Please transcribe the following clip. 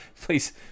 please